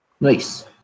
Nice